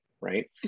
right